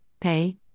Pay